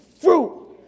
fruit